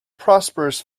prosperous